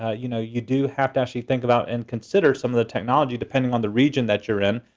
ah you know you do have to actually think about and consider some of the technology, depending on the region that you're in.